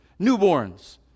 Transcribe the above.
newborns